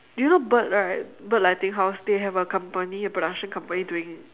do you know bert right bert lighting house they have a company production company doing